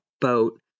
boat